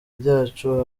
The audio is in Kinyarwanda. ryacu